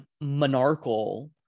monarchical